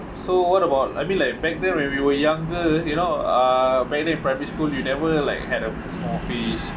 so what about I mean like back then when we were younger you know uh back then in primary school you never like had a small fish